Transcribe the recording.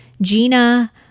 gina